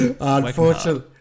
Unfortunately